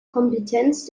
kompetenz